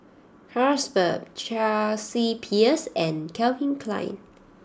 Carlsberg Chelsea Peers and Calvin Klein